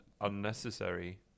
unnecessary